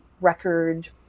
record